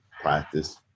practice